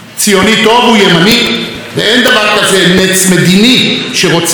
ואין דבר כזה נץ מדיני שרוצה לפתוח סופר בשבת או